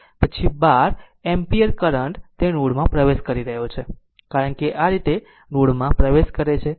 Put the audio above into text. પછી 12 ampere current તે node માં પ્રવેશ કરી રહ્યો છે કારણ કે આ રીતે નોડ માં પ્રવેશ કરે છે